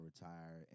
retire